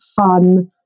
fun